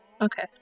Okay